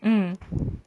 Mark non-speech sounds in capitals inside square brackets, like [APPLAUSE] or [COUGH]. mm [BREATH]